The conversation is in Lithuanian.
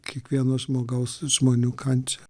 kiekvieno žmogaus žmonių kančią